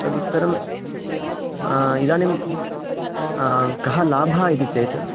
तदुत्तरम् इदानीं कः लाभः इति चेत्